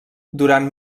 durant